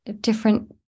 different